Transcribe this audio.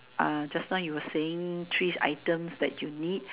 uh just now you were saying threes items that you need